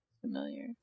familiar